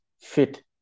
fit